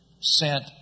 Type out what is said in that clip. sent